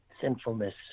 sinfulness